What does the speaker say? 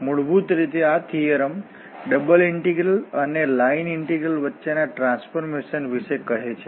મૂળભૂત રીતે આ થીઓરમ ડબલ ઇન્ટિગ્રલ્સ અને લાઇન ઇન્ટિગ્રલ્સ વચ્ચેના ટ્રાન્સફોરમેશન વિશે કહે છે